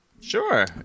sure